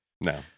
No